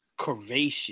curvaceous